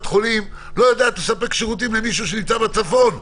חולים לא יודעת לספק שירותים למישהו שנמצא בצפון?